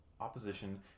opposition